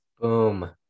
Boom